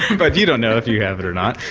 but you don't know if you have it or not.